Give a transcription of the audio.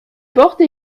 porte